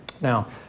Now